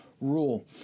rule